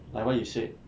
like what you said